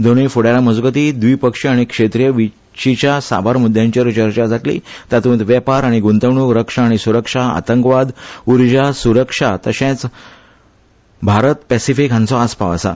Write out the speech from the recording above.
दोनूय फुडाऱ्या मजगती व्दिपक्षीय आनी क्षेत्रीय विशीच्या साबार मुद्यांचेर चर्चा जातली तातूंत वेपार आनी गुंतवणुक रक्षा आनी सुरक्षा आतंकवाद उर्जा सुरक्षा तर्शेच भारत पेसिफिक हांचो आसपाव आसा